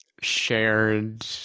shared